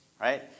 right